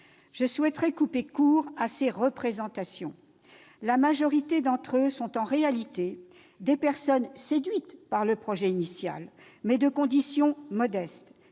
Je souhaite couper court à ces représentations, car la majorité d'entre eux sont en réalité des personnes séduites par le projet initial, mais de condition modeste,